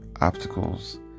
obstacles